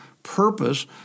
purpose